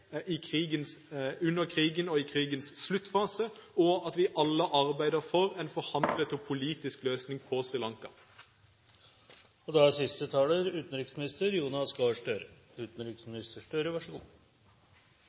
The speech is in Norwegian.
under krigen og i krigens sluttfase, og at vi alle arbeider for en forhandlet og politisk løsning på